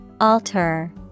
Alter